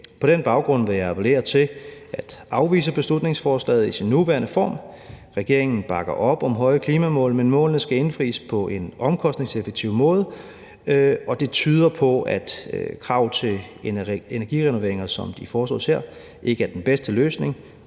På den baggrund vil jeg appellere til at afvise beslutningsforslaget i dets nuværende form. Regeringen bakker op om høje klimamål, men målene skal indfries på en omkostningseffektiv måde, og det tyder på, at krav til energirenoveringer, som de foreslås her, ikke er den bedste løsning.